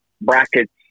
brackets